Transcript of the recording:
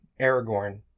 Aragorn